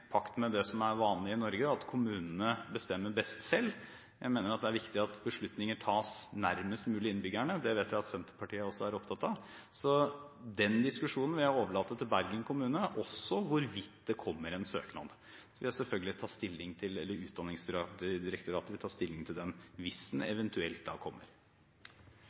pakt med det som er vanlig i Norge, at kommunene bestemmer best selv. Jeg mener det er viktig at beslutninger tas nærmest mulig innbyggerne, og det vet jeg at Senterpartiet også er opptatt av. Så den diskusjonen vil jeg overlate til Bergen kommune, også hvorvidt det kommer en søknad. Utdanningsdirektoratet vil selvfølgelig ta stilling til